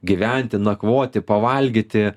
gyventi nakvoti pavalgyti